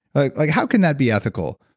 ah like, how can that be ethical?